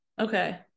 Okay